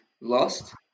lost